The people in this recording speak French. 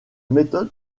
méthode